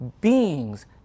beings